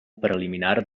preliminar